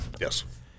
Yes